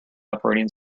operating